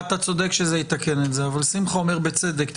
אתה צודק שזה יתקן את זה אבל שמחה אומר בצדק,